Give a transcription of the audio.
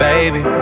Baby